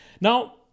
Now